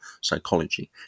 psychology